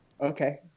okay